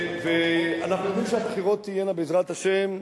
אנחנו יודעים שהבחירות תהיינה, בעזרת השם,